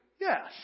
Yes